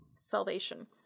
Salvation